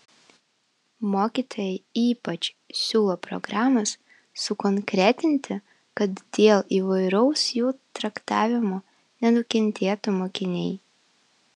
mokytojai ypač siūlo programas sukonkretinti kad dėl įvairaus jų traktavimo nenukentėtų mokiniai